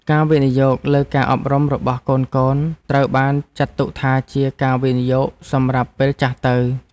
ការវិនិយោគលើការអប់រំរបស់កូនៗ ត្រូវបានចាត់ទុកថាជាការវិនិយោគសម្រាប់ពេលចាស់ទៅ។